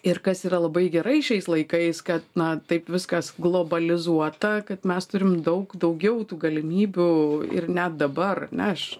ir kas yra labai gerai šiais laikais kad na taip viskas globalizuota kad mes turim daug daugiau tų galimybių ir net dabar ar ne aš